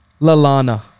Lalana